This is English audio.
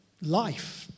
life